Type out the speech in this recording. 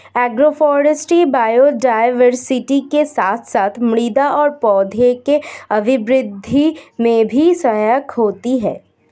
agroforestry biodiversity के साथ साथ मृदा और पौधों के अभिवृद्धि में भी सहायक होती है